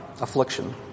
affliction